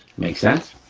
makes sense?